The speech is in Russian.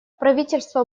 правительство